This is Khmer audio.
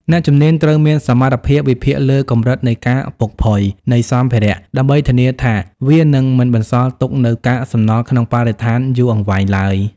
អ្នកជំនាញត្រូវមានសមត្ថភាពវិភាគលើកម្រិតនៃការពុកផុយ នៃសម្ភារៈ ដើម្បីធានាថាវានឹងមិនបន្សល់ទុកនូវកាកសំណល់ក្នុងបរិស្ថានយូរអង្វែងឡើយ។